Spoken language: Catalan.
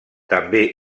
també